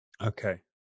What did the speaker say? Okay